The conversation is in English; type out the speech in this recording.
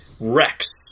Rex